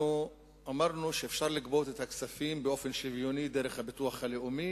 אמרנו שאפשר לגבות את הכספים באופן שוויוני דרך הביטוח הלאומי,